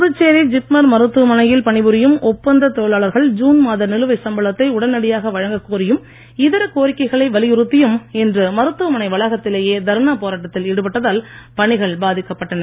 புதுச்சேரி ஜிப்மர் மருத்துவமனையில் பணிபுரியும் ஒப்பந்த தொழிலாளர்கள் ஜுன் மாத நிலுவை சம்பளத்தை உடனடியாக வழங்கக் கோரியும் இதர கோரிக்கைகளை வலியுறுத்தியும் இன்று மருத்துவமனை வளாகத்திலேயே தர்ணா போராட்டத்தில் ஈடுபட்டதால் பணிகள் பாதிக்கப்பட்டன